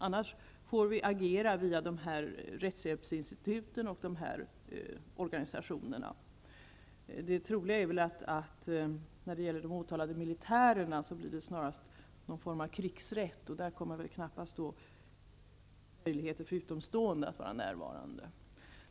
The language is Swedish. Annars får vi agera genom rättshjälpsinstitutet och de olika organisationerna. När det gäller de åtalade militärerna är det troligast att det blir fråga om någon form av krigsrätt. Då blir det knappast möjligt för utomstående att vara närvarande.